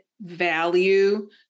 value